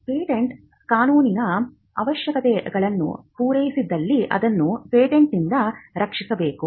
patent ಕಾನೂನಿನಲ್ಲಿನ ಅವಶ್ಯಕತೆಗಳನ್ನು ಪೂರೈಸಿದಲ್ಲಿ ಅದನ್ನು ಪೇಟೆಂಟ್ನಿಂದ ರಕ್ಷಿಸಬೇಕು